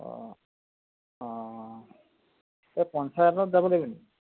অঁ অঁ এই পঞ্চায়তত যাব লাগিব নেকি